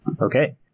Okay